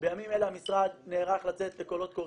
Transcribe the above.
בימים אלה המשרד נערך לצאת לקולות קוראים,